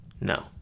No